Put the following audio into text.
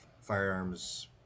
firearms